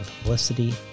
publicity